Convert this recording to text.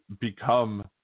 become